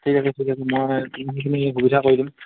ঠিক আছে ঠিক আছে মই সুবিধা কৰি দিম